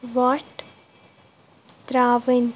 وۄٹھ ترٛاوٕنۍ